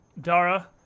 Dara